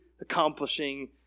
accomplishing